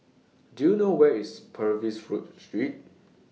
Do YOU know Where IS Purvis Road Street